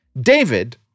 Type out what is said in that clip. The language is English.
David